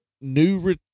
new